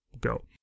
go